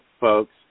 folks